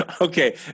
Okay